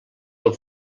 del